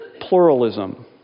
pluralism